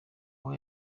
aho